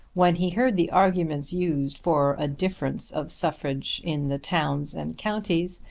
when he heard the arguments used for a difference of suffrage in the towns and counties,